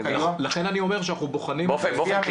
לכן אני אומר שאנחנו בוחנים את זה.